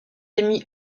emmy